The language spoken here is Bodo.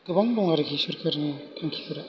गोबां दं आरोखि सोरखारि थांखिफोरा